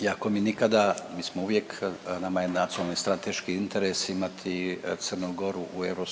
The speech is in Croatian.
iako mi nikada mi smo uvijek nama je nacionalni strateški interes imati Crnu Goru u EU,